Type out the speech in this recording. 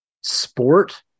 sport